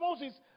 Moses